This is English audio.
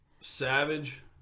Savage